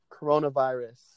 coronavirus